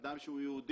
אדם שהוא יהודי,